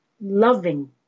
loving